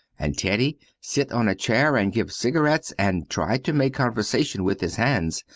and teddy sit on a chair and give cigarettes and try to make conversation with his hands.